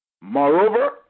Moreover